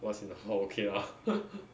once in a while okay lah